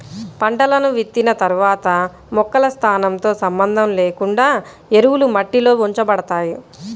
పంటలను విత్తిన తర్వాత మొక్కల స్థానంతో సంబంధం లేకుండా ఎరువులు మట్టిలో ఉంచబడతాయి